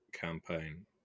campaign